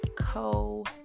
Co